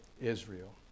Israel